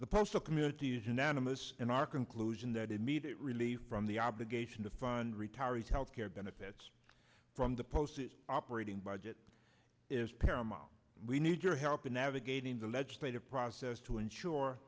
the postal community is unanimous in our conclusion that immediate relief from the obligation to fund retiree health care benefits from the post operating budget is paramount we need your help in navigating the legislative process to ensure